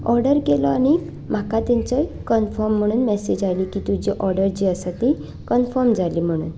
order केलो आनी म्हाका ताचे कनफर्म म्हूण मेसेज आयली की तुजी ऑर्डर जी आसा ती कनफर्म जाली म्हणून